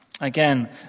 Again